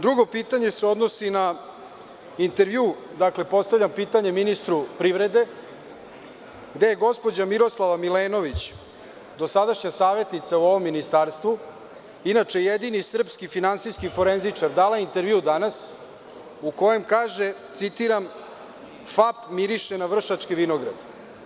Drugo pitanje se odnosi na intervju, dakle, postavljam pitanje ministru privrede, gde je gospođa Miroslava Milenović, dosadašnja savetnica u ovom ministarstvu, inače jedini srpski finansijski forenzičar, dala intervju danas, u kojem kaže, citiram –FAP miriše na „Vršački vinograd“